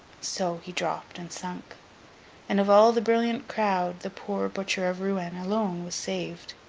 so, he dropped and sunk and of all the brilliant crowd, the poor butcher of rouen alone was saved.